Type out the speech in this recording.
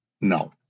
no